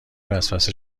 وسوسه